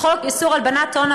בחוק איסור הלבנת הון,